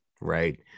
right